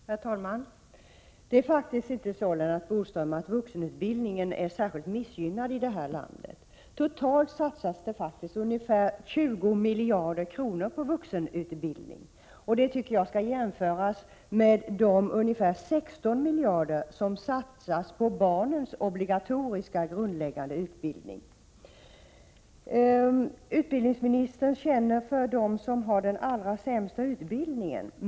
Herr talman! Vuxenutbildningen är, Lennart Bodström, faktiskt inte särskilt missgynnad i det här landet. Totalt satsas det faktiskt ungefär 20 miljarder kronor på vuxenutbildningen. Detta tycker jag skall jämföras med de ungefär 16 miljarder som satsas på barnens obligatoriska grundläggande utbildning. Utbildningsministern känner för dem som har den allra sämsta utbildningen.